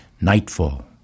Nightfall